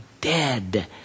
dead